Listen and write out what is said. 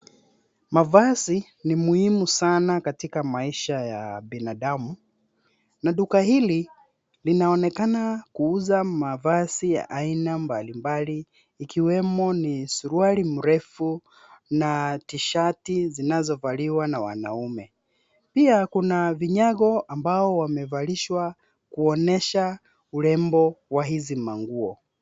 Mavazi ni muhimu sana katika maisha ya binadamu. Na duka hili linaonekana kuuza mavazi ya aina mbalimbali ikiwemo ni suruali mrefu na tishati zinazovaliwa na wanaume. Pia kuna vinyago ambao wamevalishwa kuonyesha urembo wa hizi manguo.